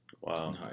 Wow